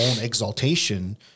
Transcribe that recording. exaltation